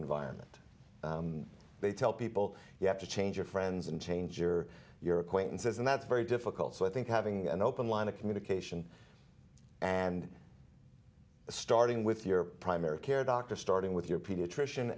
environment they tell people you have to change your friends and change or your acquaintances and that's very difficult so i think having an open line of communication and starting with your primary care doctor starting with your pediatrician